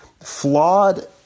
Flawed